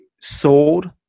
sold